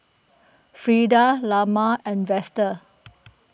Frida Lamar and Vester